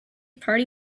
party